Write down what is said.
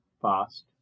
fast